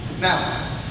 Now